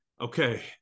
Okay